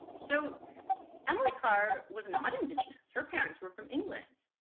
so emily carr was not indigenous. her parents were from england.